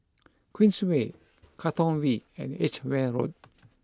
Queensway Katong V and Edgware Road